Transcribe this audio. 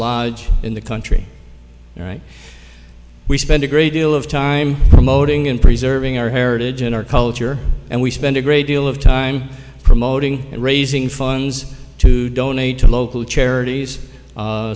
in the country all right we spend a great deal of time promoting and preserving our heritage and our culture and we spend a great deal of time promoting and raising funds to donate to local charities